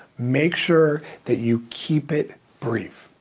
make sure that you keep it brief.